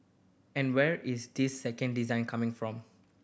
and where is this second design coming from